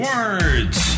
Words